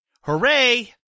hooray